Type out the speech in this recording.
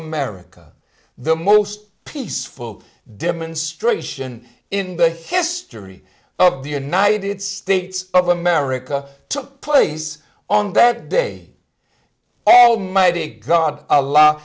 america the most peaceful demonstration in the history of the united states of america took place on that day almighty god a law